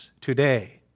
today